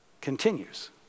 continues